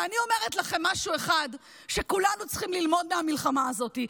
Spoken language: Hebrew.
ואני אומרת לכם משהו אחד שכולנו צריכים ללמוד מהמלחמה הזאת,